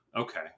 Okay